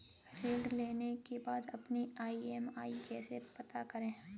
ऋण लेने के बाद अपनी ई.एम.आई कैसे पता करें?